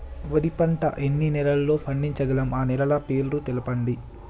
వరి పంట ఎన్ని నెలల్లో పండించగలం ఆ నెలల పేర్లను తెలుపండి?